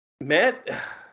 Matt